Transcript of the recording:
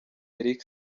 eric